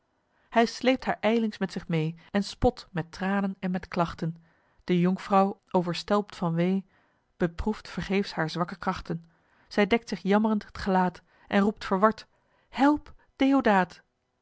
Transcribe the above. hij sleept haar ijlings met zich meê en spot met tranen en met klachten de jonkvrouw overstelpt van wee beproeft vergeefs haar zwakke krachten zij dekt zich jamm'rend het gelaat en roept verward help